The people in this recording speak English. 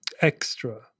extra